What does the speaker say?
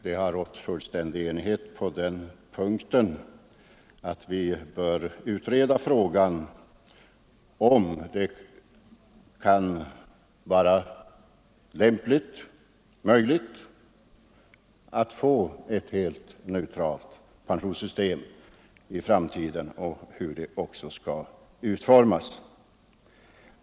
Man har i utskottet varit helt enig om Onsdagen den att det bör utredas om det är lämpligt och möjligt att i framtiden få ett 30 oktober 1974 neutralt pensionssystem och hur det i så fall bör utformas.